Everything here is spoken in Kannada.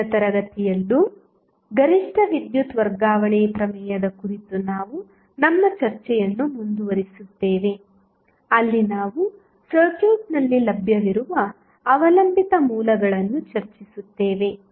ಮುಂದಿನ ತರಗತಿಯಲ್ಲೂ ಗರಿಷ್ಠ ವಿದ್ಯುತ್ ವರ್ಗಾವಣೆ ಪ್ರಮೇಯದ ಕುರಿತು ನಾವು ನಮ್ಮ ಚರ್ಚೆಯನ್ನು ಮುಂದುವರಿಸುತ್ತೇವೆ ಅಲ್ಲಿ ನಾವು ಸರ್ಕ್ಯೂಟ್ನಲ್ಲಿ ಲಭ್ಯವಿರುವ ಅವಲಂಬಿತ ಮೂಲಗಳನ್ನು ಚರ್ಚಿಸುತ್ತೇವೆ